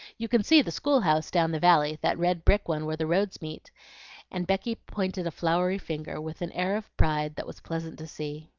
you can see the school-house down the valley, that red brick one where the roads meet and becky pointed a floury finger, with an air of pride that was pleasant to see.